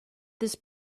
this